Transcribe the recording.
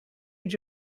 age